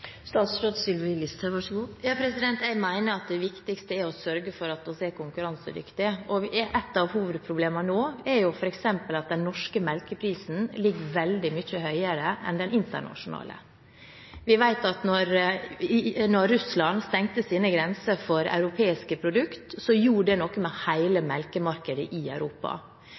Jeg mener at det viktigste er å sørge for at vi er konkurransedyktige. Et av hovedproblemene nå er f.eks. at den norske melkeprisen er veldig mye høyere enn den internasjonale. Da Russland stengte sine grenser for europeiske produkter, gjorde det noe med hele